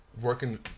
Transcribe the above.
working